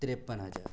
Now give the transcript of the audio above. तिरेपन हज़ार